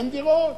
אין דירות.